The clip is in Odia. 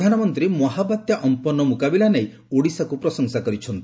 ପ୍ରଧାନମନ୍ତୀ ମହାବାତ୍ୟା ଅଫ୍ଫନର ମ୍ରକାବିଲା ନେଇ ଓଡିଶାକ ପ୍ରଶଂସା କରିଛନ୍ତି